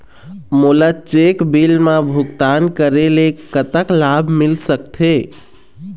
मोला cheque bill मा भुगतान करेले कतक लाभ मिल सकथे?